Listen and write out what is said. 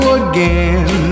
again